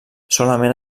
solament